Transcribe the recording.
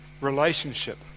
relationship